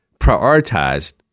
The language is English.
prioritized